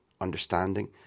understanding